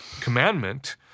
commandment